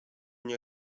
nie